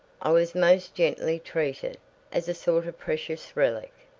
i was most gently treated as a sort of precious relic.